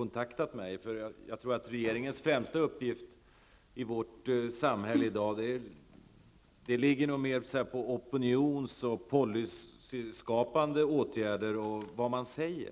Enligt min mening är regeringens främsta uppgift i dagens samhälle att driva opinion och skapa en policy.